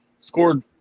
scored